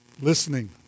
Listening